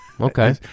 Okay